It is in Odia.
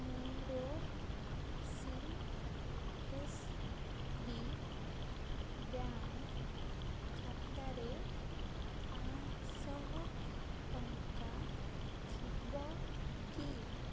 ମୋର ସି ଏସ୍ ବି ବ୍ୟାଙ୍କ୍ ଖାତାରେ ପାଞ୍ଚ ଶହ ଟଙ୍କା ଥିବ କି